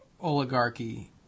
oligarchy